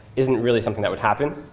isn't really something that would happen,